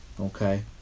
Okay